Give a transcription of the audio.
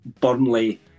Burnley